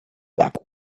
back